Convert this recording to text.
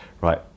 right